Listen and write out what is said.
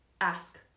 ask